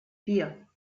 vier